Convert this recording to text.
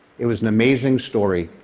it was an amazing story,